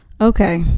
Okay